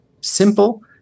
simple